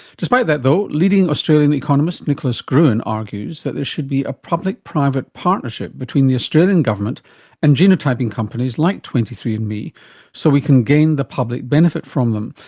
despite that, though, leading australian economist nicholas gruen argues that there should be a public-private partnership between the australian government and genotyping companies like twenty three and andme so we can gain the public benefit from them,